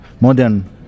modern